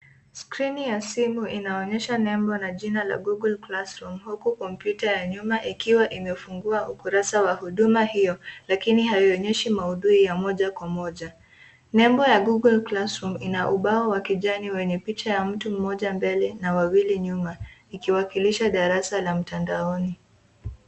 Skrini ya simu inaonesha nembo na jina la google classroom huku kompyuta ya nyuma ikiwa imefungua ukurasa wa huduma hiyo lakini haioneshi maudhui ya moja kwa moja. Nembo ya google classroom ina ubaop wa kijani wenye picha ya mtu mmoja mbele na wawili nyuma ikiwakilisha darasa la mtandaoni.